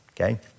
okay